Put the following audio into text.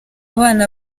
bana